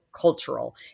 cultural